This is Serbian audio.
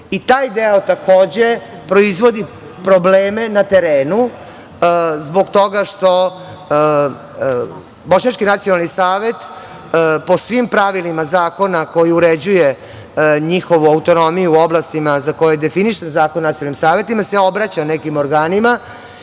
deo, takođe, proizvodi probleme na terenu zbog toga što Bošnjački nacionalni savet po svim pravilima zakona koji uređuje njihovu autonomiju u oblastima za koje je definisan Zakon o nacionalnim savetima se obraća nekim organima